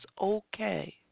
okay